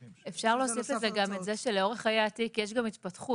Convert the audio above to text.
אפשר להוסיף לזה גם את זה שלאורך חיי התיק יש גם התפתחות.